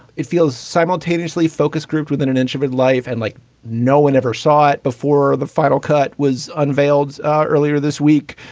it feels simultaneously focus grouped within an inch of its life and like no one ever saw it before. the final cut was unveiled ah earlier this week.